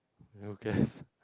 who cares